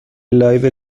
لایو